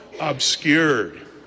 obscured